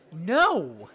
No